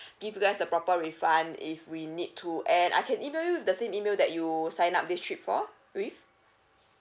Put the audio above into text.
give you guys a proper refund if we need to and I can email you with the same email that you sign up this trip for with